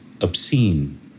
obscene